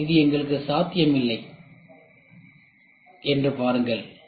இது நமக்கு சாத்தியமில்லை என்று காணலாம்